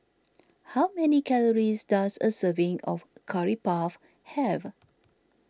how many calories does a serving of Curry Puff have